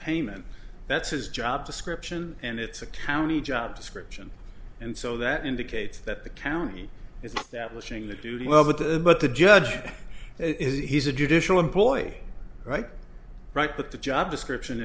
payment that's his job description and it's a county job description and so that indicates that the county is not that wishing the duty well but the but the judge it is he's a judicial employ right right but the job description